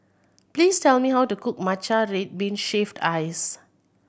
please tell me how to cook matcha red bean shaved ice